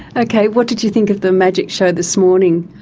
okay. what did you think of the magic show this morning?